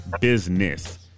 business